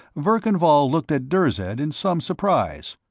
verkan vall looked at dirzed in some surprise.